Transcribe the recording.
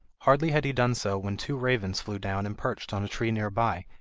hardly had he done so when two ravens flew down and perched on a tree near by,